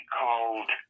called